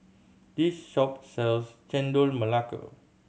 this shop sells Chendol Melaka